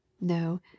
No